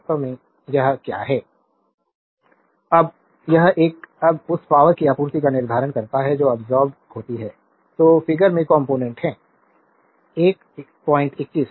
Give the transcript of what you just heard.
slide time देखें 1037 अब यह एक अब उस पावरकी आपूर्ति का निर्धारण करता है जो अब्सोर्बेद होती है जो फिगर में कॉम्पोनेन्ट है 121 लेकिन आई 121 बता रहा हूं